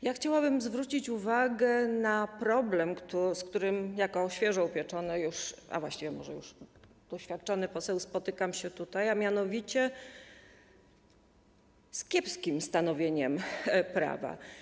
Ja chciałabym zwrócić uwagę na problem, z którym jako świeżo upieczony, a może już doświadczony, poseł spotykam się tutaj, a mianowicie z kiepskim stanowieniem prawa.